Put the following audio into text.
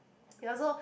ya so